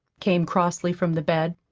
came crossly from the bed.